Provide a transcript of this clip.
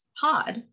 Pod